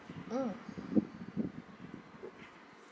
mm